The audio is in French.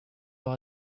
leur